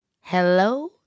Hello